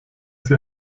sie